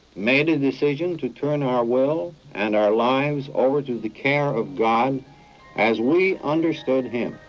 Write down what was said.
made a decision to turn our will and our lives over to the care of god as we understood him.